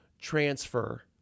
transfer